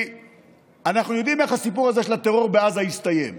אנחנו יודעים איך הסיפור הזה של הטרור בעזה יסתיים,